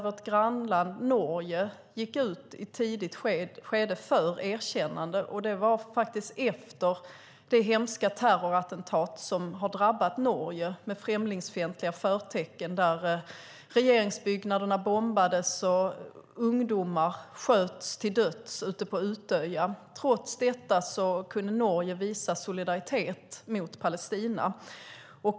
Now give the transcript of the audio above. Vårt grannland Norge gick i ett tidigt skede ut om att man är för ett erkännande - faktiskt efter de hemska terrorattentat med främlingsfientliga förtecken som drabbat Norge. Regeringsbyggnader bombades, och ungdomar sköts till döds ute på Utøya. Trots detta kunde Norge visa solidaritet med Palestina.